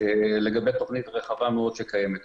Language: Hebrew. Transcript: לגבי תכנית רחבה מאוד שקיימת.